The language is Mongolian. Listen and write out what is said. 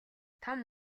том